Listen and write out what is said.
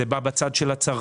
זה בא בצד של הצרכנים,